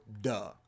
duh